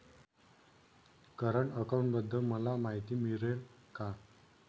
Current अकाउंटबद्दल मला माहिती मिळेल का?